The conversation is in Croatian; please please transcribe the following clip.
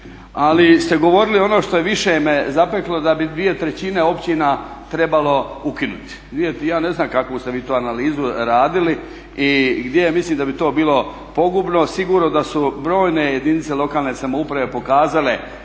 Ali ste govorili ono što je više me zapeklo da bi 2/3 općina trebalo ukinuti. Ja ne znam kakvu ste vi to analizu radili i gdje, mislim da bi to bilo pogubno. Sigurno da su brojne jedinice lokalne samouprave pokazale